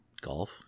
golf